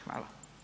Hvala.